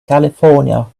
california